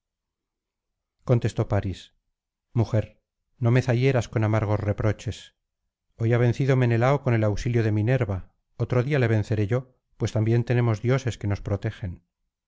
contestó parís mujer no me zahieras con amargos reproches hoy ha vencido menelao con el auxilio de minerva otro día le venceré yo pues también tenemos dioses que nos protegen